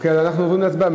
אנחנו עוברים להצבעה.